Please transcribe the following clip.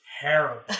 terrible